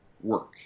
work